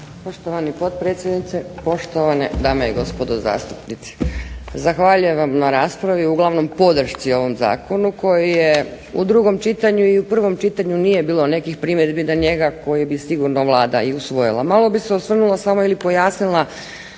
Poštovani potpredsjedniče, poštovane dame i gospodo zastupnici. Zahvaljujem vam na raspravi, uglavnom podršci ovom zakonu koji je i u prvom čitanju i u drugom čitanju, nije bilo nekih primjedbi na njega koji bi vlada sigurno usvojila. Malo bih se osvrnula samo ili pojasnila